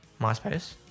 MySpace